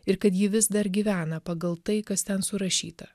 ir kad ji vis dar gyvena pagal tai kas ten surašyta